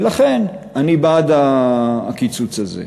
ולכן אני בעד הקיצוץ הזה.